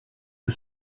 que